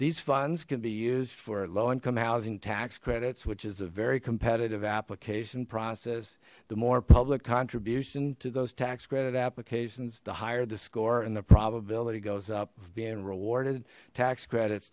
these funds can be used for low income housing tax credits which is a very competitive application process the more public contribution to those tax credit applications the higher the score and the probability goes up being rewarded tax credits